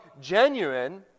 genuine